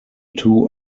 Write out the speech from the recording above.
two